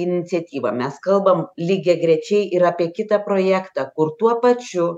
iniciatyva mes kalbam lygiagrečiai ir apie kitą projektą kur tuo pačiu